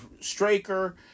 Straker